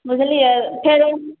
बुझलिए फेर